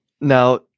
now